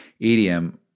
EDM